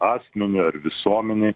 asmeniui ar visuomenei